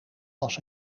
was